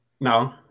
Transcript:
No